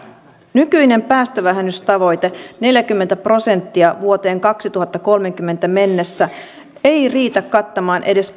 nykyinen päästövähennystavoite neljäkymmentä prosenttia vuoteen kaksituhattakolmekymmentä mennessä ei riitä kattamaan edes